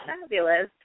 fabulous